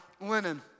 linen